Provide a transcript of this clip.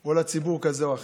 או לציבור כזה או אחר,